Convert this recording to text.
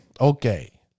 okay